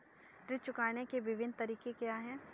ऋण चुकाने के विभिन्न तरीके क्या हैं?